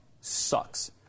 Sucks